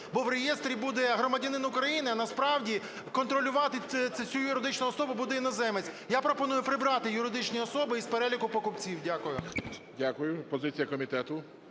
бо в реєстрі буде "громадянин України", а насправді контролювати цю юридичну особу буде іноземець. Я пропоную прибрати "юридичні особи" із переліку покупців. Дякую. ГОЛОВУЮЧИЙ. Дякую. Позиція комітету.